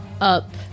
up